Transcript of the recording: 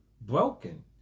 broken